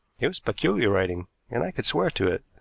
it was peculiar writing, and i could swear to it.